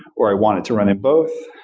or i want it to run in both.